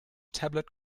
tablet